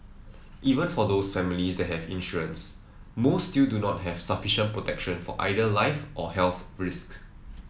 even for those families that have insurance most still do not have sufficient protection for either life or health risk